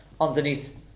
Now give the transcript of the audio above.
underneath